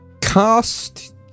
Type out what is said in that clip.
cast